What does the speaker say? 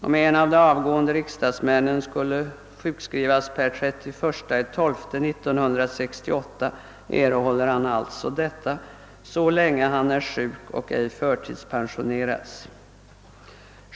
Om en av de avgående riksdagsmännen skulle sjukskriva sig den 31 december 1968, erhåller han alltså denna sjukförmån så länge han är sjuk och ej förtidspensioneras.